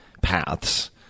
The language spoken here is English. paths